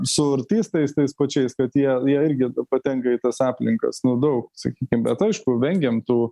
su artistais tais pačiais kad jie jie irgi patenka į tas aplinkas nu daug sakykim bet aišku vengiam tų